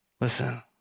Listen